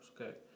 okay